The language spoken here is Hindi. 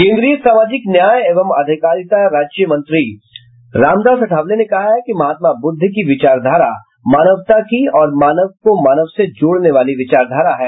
केन्द्रीय सामाजिक न्याय एवं अधिकारिता राज्यमंत्री रामदास अठावले ने कहा कि महात्मा बुद्ध की विचारधारा मानवता की और मानव को मानव से जोड़ने वाली विचारधारा है